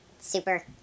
super